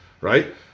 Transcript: right